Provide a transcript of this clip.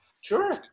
Sure